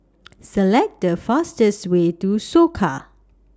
Select The fastest Way to Soka